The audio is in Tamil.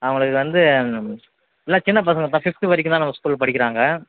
அவங்களுக்கு வந்து எல்லா சின்ன பசங்க தான் ஃபிஃப்த்து வரைக்கும் தான் நம்ம ஸ்கூல் படிக்கிறாங்க